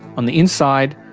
on the inside,